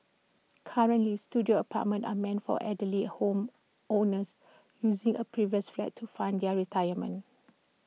currently Studio apartments are meant for elderly A home owners using A previous flat to fund their retirement